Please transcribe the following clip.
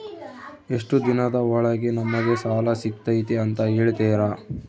ಎಷ್ಟು ದಿನದ ಒಳಗೆ ನಮಗೆ ಸಾಲ ಸಿಗ್ತೈತೆ ಅಂತ ಹೇಳ್ತೇರಾ?